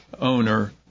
owner